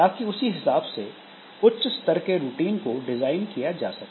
ताकि उसी हिसाब से उच्च स्तर के रूटीन को डिजाइन किया जा सके